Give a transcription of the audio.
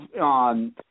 on –